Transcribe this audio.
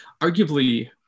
arguably